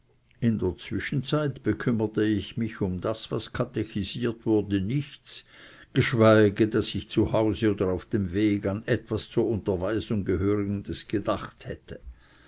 in der zwischenzeit bekümmerte ich mich um das was katechisiert wurde nichts geschweige daß ich zu hause oder auf dem wege an etwas zur unterweisung gehörendes gedacht hätte